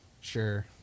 Sure